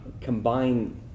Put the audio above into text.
Combine